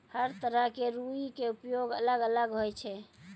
हर तरह के रूई के उपयोग अलग अलग होय छै